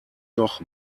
doch